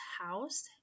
house